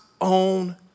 own